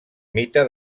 mite